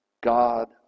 God